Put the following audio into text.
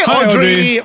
Audrey